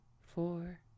four